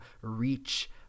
reach